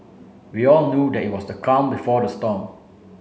we all knew that it was the calm before the storm